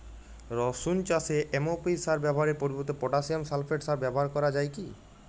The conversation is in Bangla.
রসুন চাষে এম.ও.পি সার ব্যবহারের পরিবর্তে পটাসিয়াম সালফেট সার ব্যাবহার করা যায় কি?